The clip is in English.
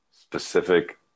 specific